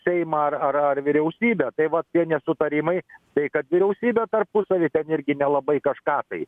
seimą ar ar ar vyriausybę tai vat tie nesutarimai tai kad vyriausybė tarpusavy irgi nelabai kažką tai